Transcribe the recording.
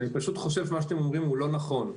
אני חושב שמה שאתם אומרים הוא לא נכון.